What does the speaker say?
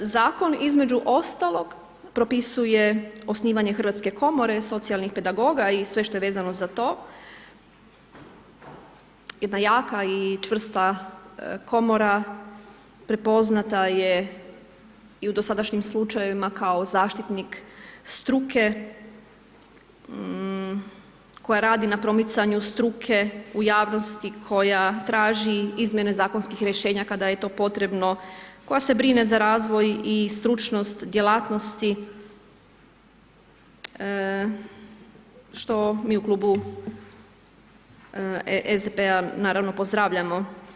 Zakon, između ostalog, propisuje osnivanje Hrvatske komore socijalnih pedagoga i sve što je vezano za to, jedna jaka i čvrsta Komora, prepoznata je i u dosadašnjim slučajevima kao zaštitnik struke koja radi na promicanju struke u javnosti, koja traži izmijene Zakonskih rješenja kada je to potrebno, koja se brine za razvoj i stručnost djelatnosti, što mi u klubu SDP-a, naravno, pozdravljamo.